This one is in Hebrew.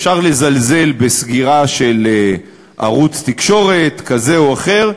אפשר לזלזל בסגירה של ערוץ תקשורת כזה או אחר,